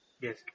Yes